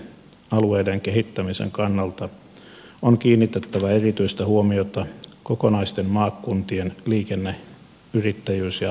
alueiden kehittämisen kannalta on kiinnitettävä erityistä huomiota kokonaisten maakuntien liikenne yrittäjyys ja asuinolosuhteiden kehittämiseen